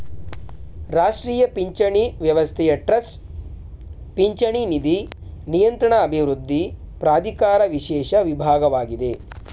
ರಾಷ್ಟ್ರೀಯ ಪಿಂಚಣಿ ವ್ಯವಸ್ಥೆಯ ಟ್ರಸ್ಟ್ ಪಿಂಚಣಿ ನಿಧಿ ನಿಯಂತ್ರಣ ಅಭಿವೃದ್ಧಿ ಪ್ರಾಧಿಕಾರ ವಿಶೇಷ ವಿಭಾಗವಾಗಿದೆ